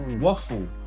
waffle